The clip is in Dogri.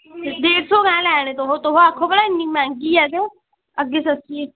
डेढ़ सौ केंह् लैने तुस आक्खो इन्नी मैहंगी ऐ अग्गें सस्ती ऐ